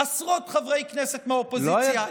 עשרות חברי כנסת מהאופוזיציה,